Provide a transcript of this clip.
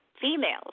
females